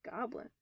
goblin